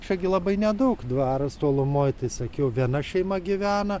čia gi labai nedaug dvaras tolumoj tai sakiau viena šeima gyvena